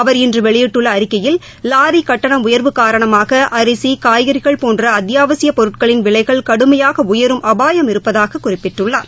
அவர் இன்று வெளியிட்டுள்ள அறிக்கையில் லாரி கட்டண உயர்வு காரணமாக அரிசி காய்கறிகள் போன்ற அத்தியாவசியப் பொருட்களின் விலைகள் கடுமையாக உயரும் அபாயம் இருப்பதாகக் குறிப்பிட்டுள்ளார்